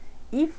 if